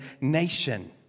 nation